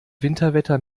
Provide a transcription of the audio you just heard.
winterwetter